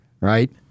right